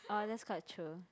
uh that's quite true